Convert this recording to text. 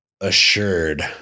assured